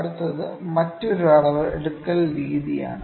അടുത്തത് മറ്റൊരു അളവെടുക്കൽ രീതിയാണ്